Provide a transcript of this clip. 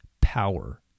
power